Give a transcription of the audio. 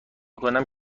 کنم